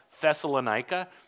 Thessalonica